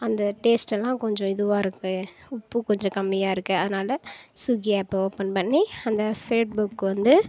அந்த டேஸ்ட்டெல்லாம் கொஞ்சம் இதுவாக இருக்குது உப்பு கொஞ்சம் கம்மியாக இருக்குது அதனால ஸ்விகி ஆப்பை ஓப்பன் பண்ணி அந்த ஃபேட் புக் வந்து